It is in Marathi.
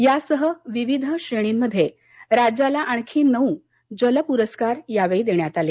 यासह विविध श्रेणींमध्ये राज्याला आणखी नऊ जल प्रस्कार यावेळी देण्यात आले